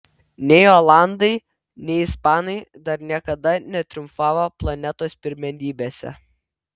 nei olandai nei ispanai dar niekada netriumfavo planetos pirmenybėse